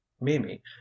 mimi